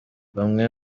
bamwe